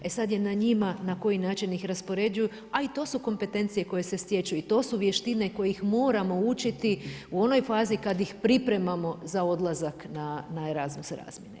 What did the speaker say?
E sad je na njima na koji način ih raspoređuju, a i to su kompetencije koje se stječu i to su vještine koje ih moramo učiti u onoj fazi kad ih pripremamo za odlazak na ERASMUS razmjene.